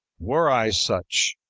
were i such,